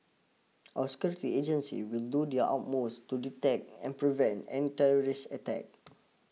our security agency will do their utmost to detect and prevent any terrorist attack